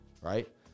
right